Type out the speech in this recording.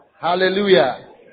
Hallelujah